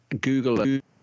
Google